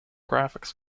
graphics